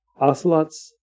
ocelots